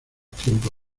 tiempo